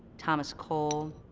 thomas cole,